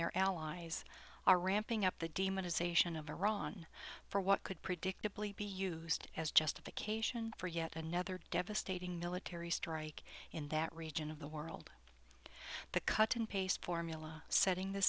their allies are ramping up the demonization of iran for what could predictably be used as justification for yet another devastating military strike in that region of the world the cut and paste formula setting the